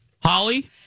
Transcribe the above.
Holly